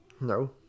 No